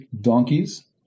donkeys